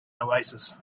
oasis